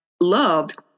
loved